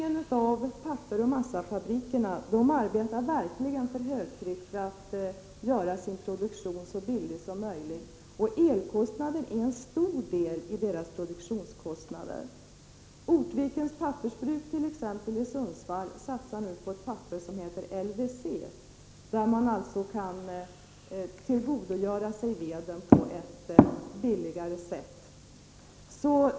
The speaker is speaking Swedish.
Pappersoch massafabrikerna arbetar verkligen för högtryck för att göra sin produktion så billig som möjligt, och elkostnader är en stor del av deras produktionskostnader. Ortvikens Pappersbruk i Sundsvall t.ex. satsar nu på ett papper som heter LWC. När man tillverkar det kan man tillgodogöra sig veden på ett billigare sätt.